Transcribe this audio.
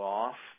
off